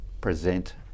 present